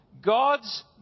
God's